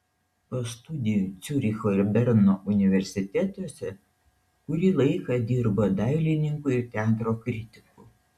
po studijų ciuricho ir berno universitetuose kurį laiką dirbo dailininku ir teatro kritiku